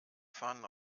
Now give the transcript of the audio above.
fahnen